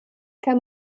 kann